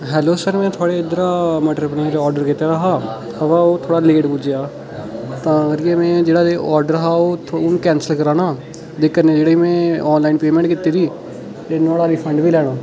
hello sir में थुहाड़े इद्धरा मटर पनीर ऑर्डर कीते दा हा बाऽ ओह् थोह्ड़ा लेट पुज्जेआ तां करियै में जेह्ड़ा ऑर्डर हा हून कैंसल कराना ते कन्नै जेह्ड़ी में ऑनलाइन पेमेंट कीती दी ते नहाड़ा रीफंड बी लैना